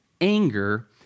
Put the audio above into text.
anger